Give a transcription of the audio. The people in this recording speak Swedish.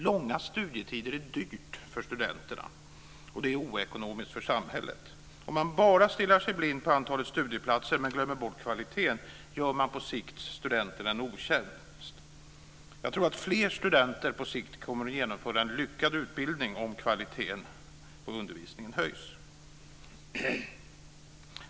Långa studietider är dyrt för studenterna och oekonomiskt för samhället. Om man stirrar sig blind på enbart antalet studieplatser och glömmer bort kvaliteten gör man på sikt studenterna en otjänst. Jag tror att fler studenter på sikt kommer att genomföra en lyckad utbildning om kvaliteten på undervisningen höjs.